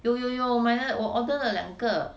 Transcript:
有有有买了我 order 了两个